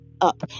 up